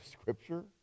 Scripture